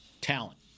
talent